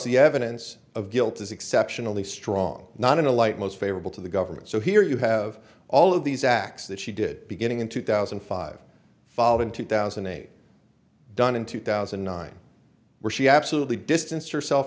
the evidence of guilt is exceptionally strong not in the light most favorable to the government so here you have all of these acts that she did beginning in two thousand and five followed in two thousand and eight done in two thousand and nine where she absolutely distanced herself